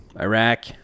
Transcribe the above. Iraq